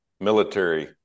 military